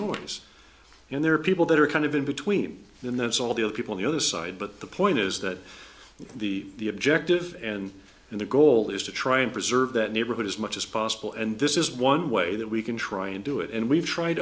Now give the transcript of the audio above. norms and there are people that are kind of in between then there's all the other people the other side but the point is that the objective and the goal is to try and preserve that neighborhood as much as possible and this is one way that we can try and do it and we've tried